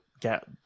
get